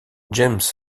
james